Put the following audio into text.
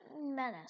Menace